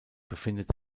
befindet